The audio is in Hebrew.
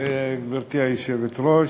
גברתי היושבת-ראש,